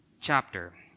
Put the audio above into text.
chapter